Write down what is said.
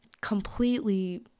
completely